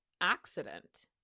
accident